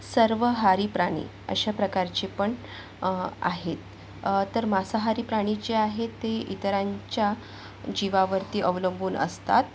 सर्वहारी प्राणी अशा प्रकारचे पण आहेत तर मांसाहारी प्राणी जे आहेत ते इतरांच्या जीवावरती अवलंबून असतात